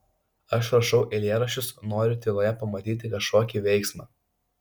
aš rašau eilėraščius noriu tyloje pamatyti kažkokį veiksmą